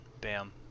bam